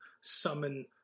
summon